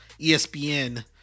ESPN